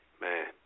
Man